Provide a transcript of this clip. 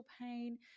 pain